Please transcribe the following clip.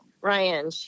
Ryan